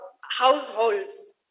households